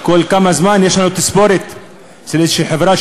כל זמן-מה יש לנו תספורת של איזו חברה,